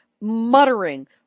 muttering